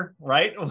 right